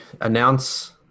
announce